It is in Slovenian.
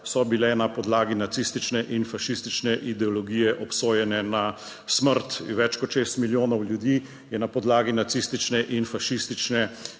so bile na podlagi nacistične in fašistične ideologije obsojene na smrt. Več kot šest milijonov ljudi je na podlagi nacistične in fašistične